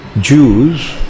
Jews